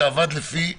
שעבד לפי התקש"ח,